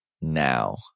now